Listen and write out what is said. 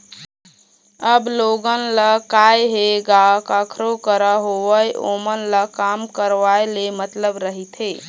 अब लोगन ल काय हे गा कखरो करा होवय ओमन ल काम करवाय ले मतलब रहिथे